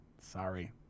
Sorry